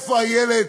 איפה הילד?